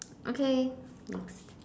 okay next